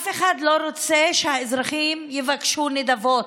אף אחד לא רוצה שהאזרחים יבקשו נדבות.